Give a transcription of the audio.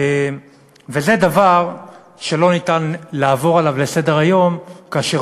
וזה דבר שלא ניתן לעבור עליו לסדר-היום כאשר